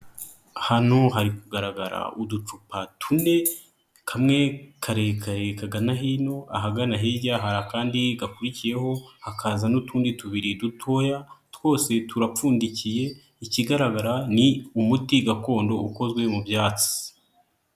Hano hari kugaragara uducupa tune kamwe karekarekaga no hino ahagana hirya hari akandi gakurikiyeho, hakaza n'utundi tubiri dutoya twose turapfundikiye, ikigaragara ni umuti gakondo ukozwe mu byatsi.